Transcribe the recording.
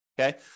okay